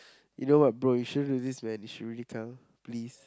you know what bro you shouldn't do this man you should really come please